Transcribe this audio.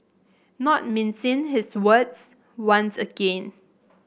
not mincing his words once again